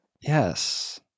Yes